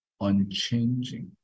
unchanging